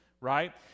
right